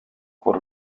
por